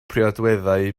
priodweddau